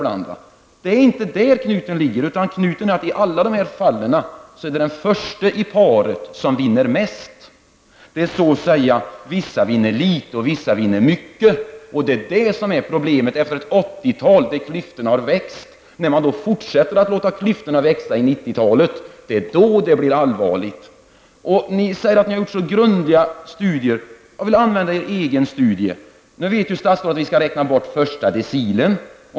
Men det är inte där knuten finns, utan knuten ligger i att i alla dessa fall är det alltid den första i paret som vinner mest, dvs. vissa vinner litet och vissa vinner mer. Det är problemet. Under 1980-talet har klyftorna ökat. När man fortsätter att låta klyftorna växa under 1990-talet blir det allvarligt. Ni säger att ni har gjort grundliga studier. Jag vill referera till er egen studie. Nu vet statsrådet och jag att vi skall räkna bort den första decilen.